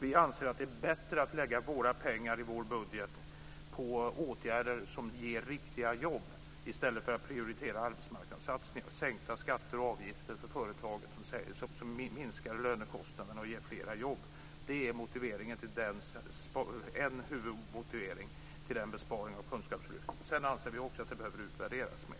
Vi anser att det är bättre att lägga våra pengar i vår budget på åtgärder som ger riktiga jobb i stället för att prioritera arbetsmarknadssatsningar. Sänkta skatter och avgifter för företagen som minskar lönekostnaderna och ger fler jobb är bättre. Det är en huvudmotivering till besparingen på kunskapslyftet. Vi anser också att det behöver utvärderas mer.